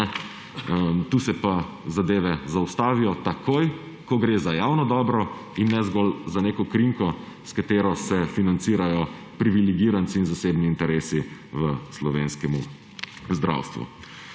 tu se pa zadeve zaustavijo takoj, ko gre za javno dobro, in ne zgolj za neko krinko, s katero se financirajo privilegiranci in zasebni interesi v slovenskem zdravstvu.